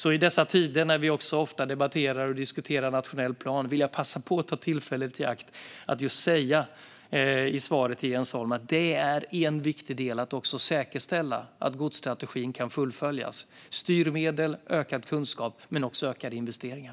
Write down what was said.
I dessa tider, när vi ofta debatterar och diskuterar en nationell plan, vill jag ta tillfället i akt att säga i svaret till Jens Holm att det är en viktig del i att säkerställa att godsstrategin kan fullföljas - styrmedel och ökad kunskap men också ökade investeringar.